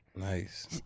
Nice